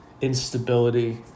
instability